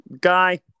guy